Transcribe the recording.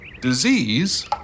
Disease